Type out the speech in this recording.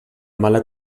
mala